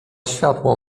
światło